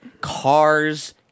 Cars